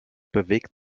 bewegt